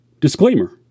Disclaimer